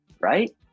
right